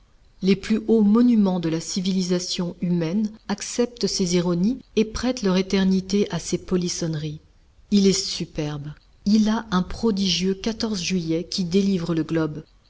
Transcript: les plus hauts monuments de la civilisation humaine acceptent ses ironies et prêtent leur éternité à ses polissonneries il est superbe il a un prodigieux juillet qui délivre le globe